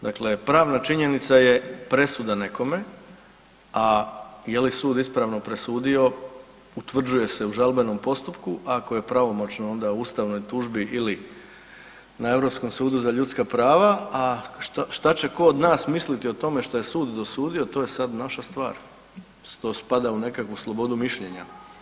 Dakle, pravna činjenica je presuda nekome, a je li sud ispravno presudio utvrđuje se u žalbenom postupku, ako je pravomoćno onda u ustavnoj tužbi ili na Europskom sudu za ljudska prava, a šta će ko od nas misliti o tome šta je sud dosudio, to je sada naša stvar, to spada u nekakvu slobodu mišljenja.